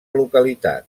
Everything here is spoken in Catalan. localitat